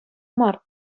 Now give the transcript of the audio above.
мар